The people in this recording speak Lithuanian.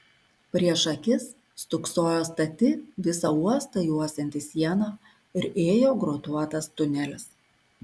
prieš akis stūksojo stati visą uostą juosianti siena ir ėjo grotuotas tunelis